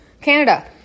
Canada